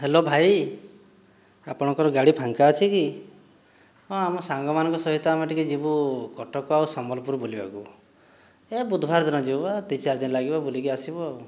hello ଭାଇ ଆପଣଙ୍କର ଗାଡ଼ି ଫାଙ୍କା ଅଛି କି ହଁ ଆମ ସାଙ୍ଗମାନଙ୍କ ସହିତ ଆମେ ଟିକେ ଯିବୁ କଟକ ଆଉ ସମ୍ବଲପୁର ବୁଲିବାକୁ ବୁଧବାର ଦିନ ଯିବୁ ଦୁଇ ଚାରି ଦିନି ଲାଗିବ ବୁଲିକି ଆସିବୁ ଆଉ